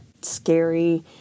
scary